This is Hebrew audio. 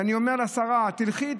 אני אומר לשרה: תלכי,